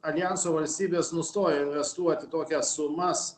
aljanso valstybės nustojo investuoti tokias sumas